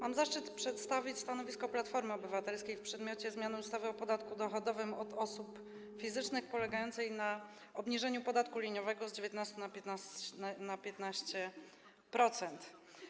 Mam zaszczyt przedstawić stanowisko Platformy Obywatelskiej w przedmiocie zmiany ustawy o podatku dochodowym od osób fizycznych polegającej na obniżeniu podatku liniowego z 19% na 15%.